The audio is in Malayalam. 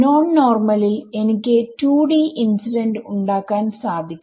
നോൺ നോർമലിൽഎനിക്ക് 2D ഇൻസിഡന്റ് ഉണ്ടാക്കാൻ സാധിക്കും